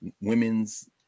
women's